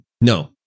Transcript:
No